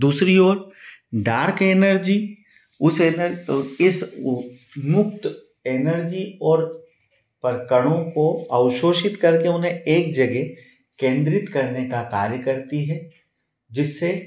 दूसरी ओर dark energy उस एनर इस मुक्त एनर्जी और परकणों को अवशोषित करके उन्हें एक जगह केन्द्रित करने का कार्य करती है जिससे